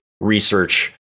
research